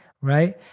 right